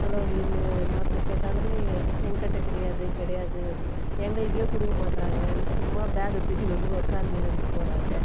தலைவலின்னு மாத்திரை கேட்டாலுமே என்கிட்ட கிடையாது கிடைடயாது எங்களுக்கே கொடுக்க மாட்டேறாங்கன்னு சும்மா பேக்கை தூக்கின்னு வந்து உட்காந்து இருந்துகிட்டு போகிறாங்க